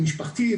משפחתי,